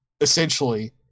essentially